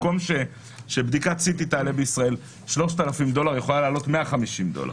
במקום שבדיקת CT תעלה בישראל 3,000 דולר היא יכולה לעלות 150 דולר.